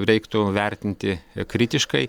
reiktų vertinti kritiškai